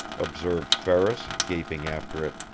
observed ferris, gaping after it.